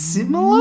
Similar